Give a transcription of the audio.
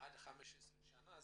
עד 15 שנה,